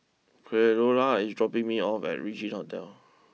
Creola is dropping me off at Regin Hotel